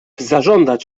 zażądać